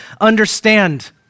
understand